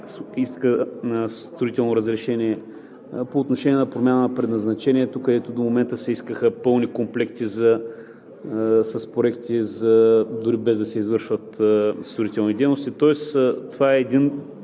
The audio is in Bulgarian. иска строително разрешение по отношение на промяна на предназначението, където до момента се искаха пълни комплекти с проекти, дори без да се извършват строителни дейности. Тоест това е един,